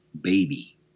baby